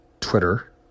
Twitter